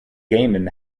gaiman